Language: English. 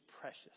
precious